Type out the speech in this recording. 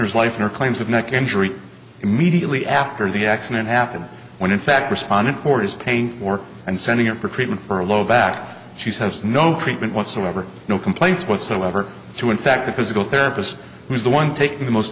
his life and her claims of neck injury immediately after the accident happened when in fact respondent court is paying for and sending in for treatment for a low back she says no treatment whatsoever no complaints whatsoever to in fact a physical therapist was the one taking the most